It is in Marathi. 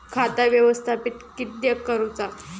खाता व्यवस्थापित किद्यक करुचा?